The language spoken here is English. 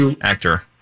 actor